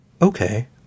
Okay